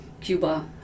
Cuba